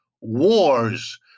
wars